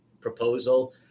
proposal